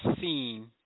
seen